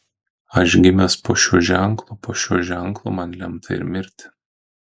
aš gimęs po šiuo ženklu po šiuo ženklu man lemta ir mirti